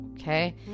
okay